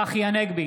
צחי הנגבי,